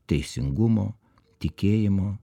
teisingumo tikėjimo